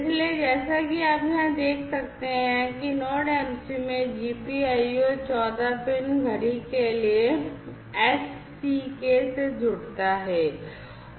इसलिए जैसा कि आप यहाँ देख सकते हैं कि NodeMCU में GPIO 14 पिन घड़ी के लिए SCK से जुड़ता है